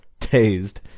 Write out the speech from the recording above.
tased